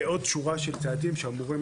ועוד שורה של צעדים שאמורים